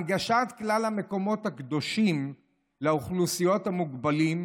הנגשת כלל המקומות הקדושים לאוכלוסיית המוגבלים,